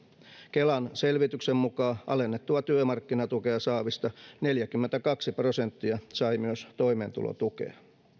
kelan selvityksen mukaan alennettua työmarkkinatukea saavista neljäkymmentäkaksi prosenttia sai myös toimeentulotukea